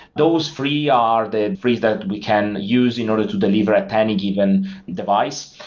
those three are the three that we can use in order to delivery tiny given device.